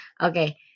Okay